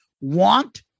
want